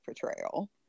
portrayal